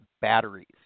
batteries